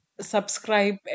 Subscribe